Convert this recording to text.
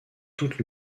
toute